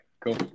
Cool